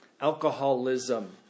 Alcoholism